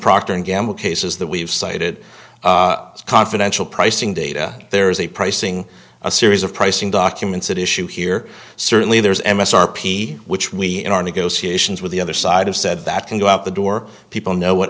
and gamble cases that we've cited confidential pricing data there is a pricing a series of pricing documents an issue here certainly there's m s r p which we in our negotiations with the other side of said that can go out the door people know what